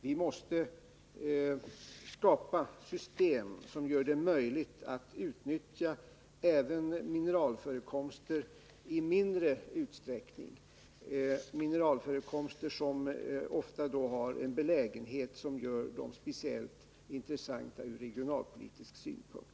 Vi måste skapa system som gör det möjligt att utnyttja även mindre mineralförekomster. Dessa har ju ofta en belägenhet som gör dem speciellt intressanta från regionalpolitisk synpunkt.